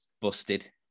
Busted